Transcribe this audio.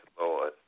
Lord